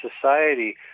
society